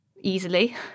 easily